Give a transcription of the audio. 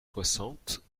soixante